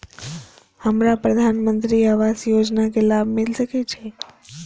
हमरा प्रधानमंत्री आवास योजना के लाभ मिल सके छे?